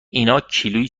ایناکیلویی